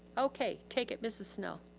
okay, take it mrs snell.